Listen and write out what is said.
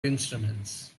instruments